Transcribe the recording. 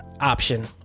option